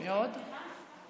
לוועדת הכלכלה נתקבלה.